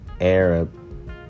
Arab